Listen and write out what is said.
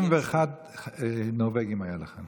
21 נורבגים היו לכם,